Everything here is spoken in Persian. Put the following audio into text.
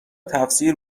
تفسیر